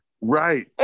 Right